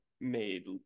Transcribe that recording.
made